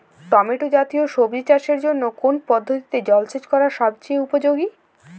Tomato জাতীয় সবজি চাষের জন্য কোন পদ্ধতিতে জলসেচ করা সবচেয়ে উপযোগী?